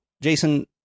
Jason